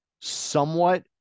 somewhat